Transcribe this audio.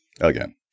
Again